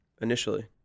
initially